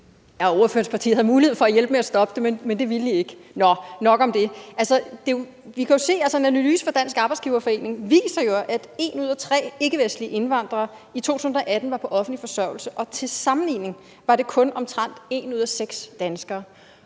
Ordførerens parti havde mulighed for at hjælpe med at stoppe det, men det ville I ikke. Nå, nok om det! Altså, vi kan jo se det, for en analyse fra Dansk Arbejdsgiverforening viser jo, at 1 ud af 3 ikkevestlige indvandrere i 2018 var på offentlig forsørgelse, og til sammenligning var det kun omtrent 1 ud af 6 danskere.